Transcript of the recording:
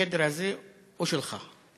החדר הזה הוא שלך.